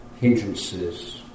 hindrances